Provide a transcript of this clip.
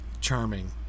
charming